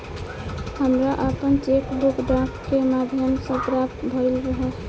हमरा आपन cheque book डाक के माध्यम से प्राप्त भइल ह